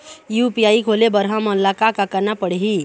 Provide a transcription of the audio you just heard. UPI खोले बर हमन ला का का करना पड़ही?